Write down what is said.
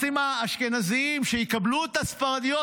הפרנסים האשכנזים שיקבלו את הספרדיות.